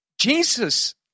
Jesus